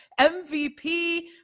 MVP